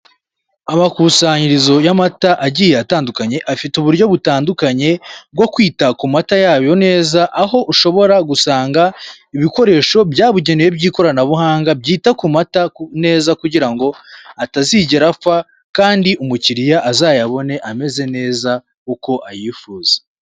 Amakusanyirizo y'amata agiye atandukanye afite uburyo butandukanye bwo kwita ku mata yayo neza aho ushobora gusanga ibikoresho byabugenewe by'ikoranabuhanga byita ku mata neza kugira ngo atazigera apfa kandi umukiriya azayabone ameze neza uko ayifuza.